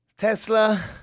Tesla